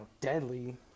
deadly